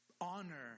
honor